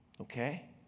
Okay